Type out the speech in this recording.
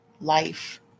life